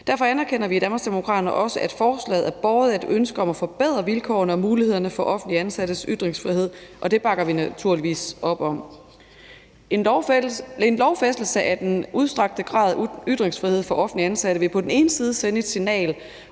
Derfor anerkender vi i Danmarksdemokraterne også, at forslaget er båret af et ønske om at forbedre vilkårene og mulighederne for offentligt ansattes ytringsfrihed, og det bakker vi naturligvis op om. En lovfæstelse af den udstrakte grad af ytringsfrihed for offentligt ansatte vil på den ene side sende et signal